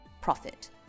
profit